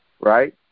right